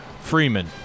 Freeman